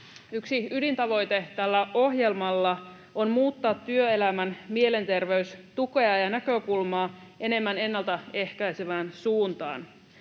Yksi ydintavoite tällä ohjelmalla on muuttaa työelämän mielenterveystukea ja näkökulmaa enemmän ennaltaehkäisevään suuntaan.